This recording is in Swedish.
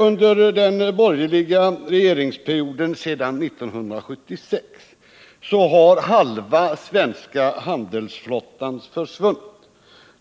Under den borgerliga regeringsperioden sedan 1976 har halva den svenska handelsflottan försvunnit.